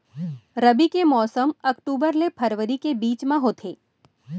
रबी के मौसम अक्टूबर ले फरवरी के बीच मा होथे